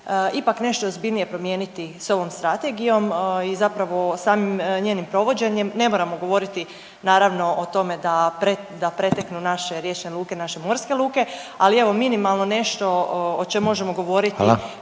ipak nešto ozbiljnije promijeniti s ovom strategijom i zapravo samim njenim provođenjem? Ne moramo govoriti naravno o tome da preteknu naše riječne luke naše morske luke, ali evo minimalno nešto o čemu možemo govoriti